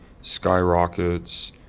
skyrockets